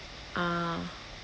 ah